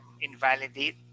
invalidate